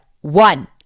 one